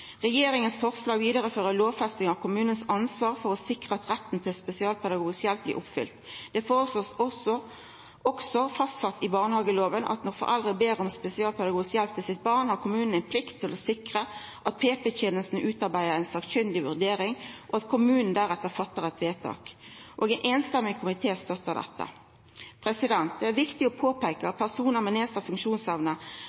Regjeringas forslag vidarefører lovfesting av kommunens ansvar for å sikra at retten til spesialpedagogisk hjelp blir oppfylt. Ein føreslår også at det blir fastsett i barnehageloven at når foreldre ber om spesialpedagogisk hjelp til barna sine, har kommunen ei plikt til å sikra at PP-tenesta utarbeidar ei sakkunnig vurdering, og at kommunen deretter fattar eit vedtak. Ein samrøystes komité støttar dette. Det er viktig å